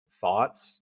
thoughts